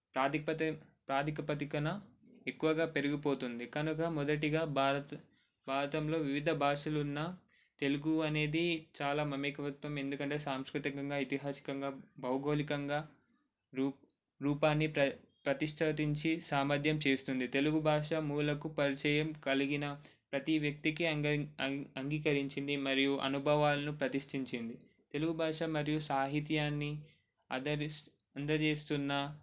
ప్రాతిపత్తం ప్రాదిక పదికన ఎక్కువగా పెరిగిపోతుంది కనుక మొదటిగా బారత్ బారతంలో వివిధ భాషలు ఉన్న తెలుగు అనేది చాలా మమేకవత్వం ఎందుకంటే సాంస్కృతికంగా ఇతిహాసికంగా భౌగోళికంగా రూ రూపాన్ని ప్ర ప్రతిష్ఠాధించి సామర్థ్యం చేస్తుంది తెలుగు భాష మూలకు పరిచయం కలిగిన ప్రతి వ్యక్తికి అంగీకరించింది మరియు అనుభవాలను ప్రతిష్టించింది తెలుగు భాష మరియు సాహితీయాన్ని అందజే అందజేస్తున్న